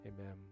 Amen